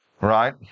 Right